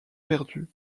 perdu